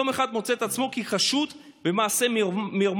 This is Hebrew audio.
יום אחד מוצא את עצמו כחשוד במעשה מרמה,